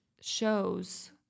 shows